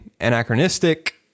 anachronistic